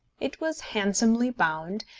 it was handsomely bound,